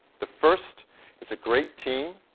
the first is a great team,